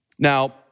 Now